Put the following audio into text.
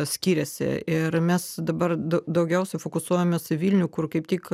skiriasi ir mes dabar dau daugiausiai fokusuojamės į vilnių kur kaip tik